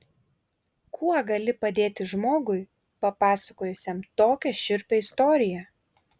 kuo gali padėti žmogui papasakojusiam tokią šiurpią istoriją